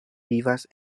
vivas